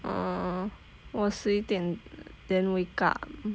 uh 我十一点 then wake up